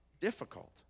difficult